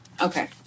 Okay